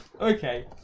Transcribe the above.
Okay